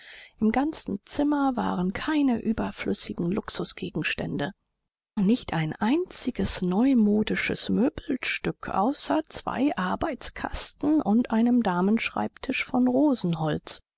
im ganzen zimmer waren keine überflüssigen luxusgegenstände nicht ein einziges neumodisches möbelstück außer zwei arbeitskasten und einem damenschreibtisch von rosenholz